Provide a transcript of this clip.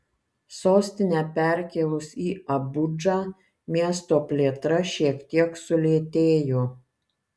sostinę perkėlus į abudžą miesto plėtra šiek tiek sulėtėjo